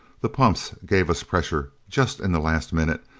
the pumps gave us pressure just in the last minutes,